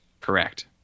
Correct